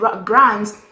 brands